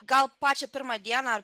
gal pačią pirmą dieną